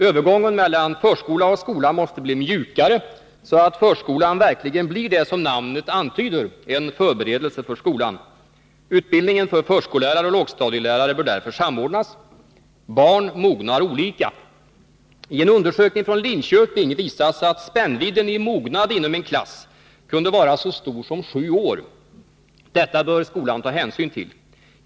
Övergången mellan förskola och skola måste bli mjukare, så att förskolan verkligen blir det som namnet antyder — en förberedelse för skolan. Utbildningen för förskollärare och lågstadielärare bör därför samordnas. Barn mognar olika. I en undersökning från Linköping visas att spännvidden i mognad inom en klass kunde vara så stor som sju år. Detta bör skolan ta hänsyn till.